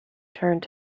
turned